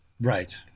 Right